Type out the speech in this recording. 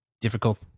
difficult